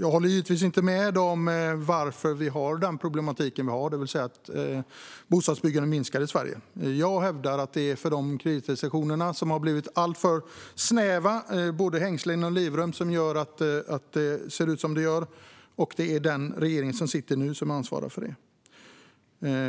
Jag håller givetvis inte med om varför vi har den här problematiken, det vill säga att bostadsbyggandet minskar i Sverige. Jag hävdar att det är krisrestriktionerna som har blivit alltför snäva. Både hängslen och livrem gör att det ser ut på det här sättet. Det är den regering som sitter nu som ansvarar för det.